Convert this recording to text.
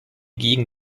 gegen